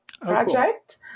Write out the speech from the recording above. project